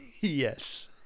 Yes